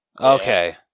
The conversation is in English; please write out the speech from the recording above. okay